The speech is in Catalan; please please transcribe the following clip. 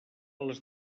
les